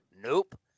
Nope